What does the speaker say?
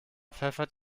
pfeffert